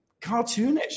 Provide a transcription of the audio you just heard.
cartoonish